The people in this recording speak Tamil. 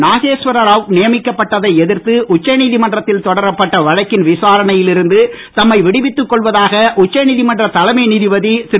நாகேஸ்வரராவ் நியமிக்கப்பட்டதை எதிர்த்து உச்சநீதிமன்றத்தில் தொடரப்பட்ட வழக்கின் விசாரணையில் இருந்து தம்மை விடுவித்து கொள்வதாக உச்சநீதிமன்ற தலைமை நீதிபதி திரு